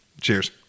Cheers